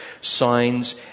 signs